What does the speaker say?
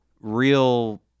real